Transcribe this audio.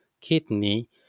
kidney